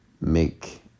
make